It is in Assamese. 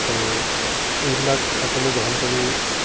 আৰু এইবিলাক আঁচনি গ্ৰহণ কৰি